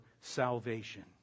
salvation